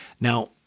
now